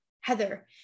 Heather